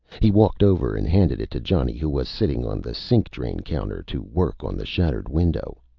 he walked over and handed it to johnny who was sitting on the sink drain counter to work on the shattered window.